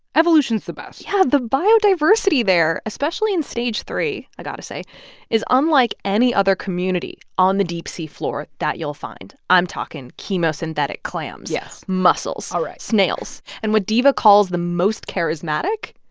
evolution's the best yeah, the biodiversity there, especially in stage three i got to say is unlike any other community on the deep-sea floor that you'll find. i'm talking chemosynthetic clams. yes. mussels. all right. snails and what diva calls the most charismatic,